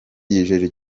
yijeje